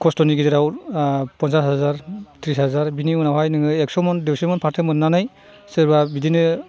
कस्त'नि गेजेराव पन्सास हाजार त्रिस हाजार बेनि उनावहाय नोङो एक्स' मन दुइस' मन फाथो मोननानै सोरबा बिदिनो